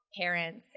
parents